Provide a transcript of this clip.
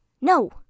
no